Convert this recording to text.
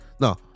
No